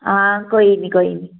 हां कोई नी कोई नी